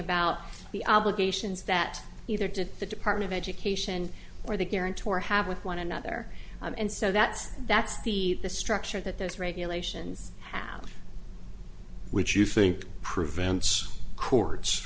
about the obligations that either to the department of education or the guarantor have with one another and so that's that's the the structure that those regulations have which you think prevents courts